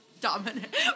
dominant